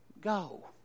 go